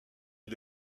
est